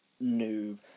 new